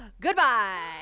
Goodbye